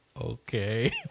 Okay